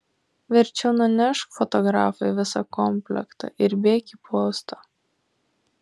verčiau nunešk fotografui visą komplektą ir bėk į postą